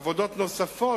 עבודות נוספות,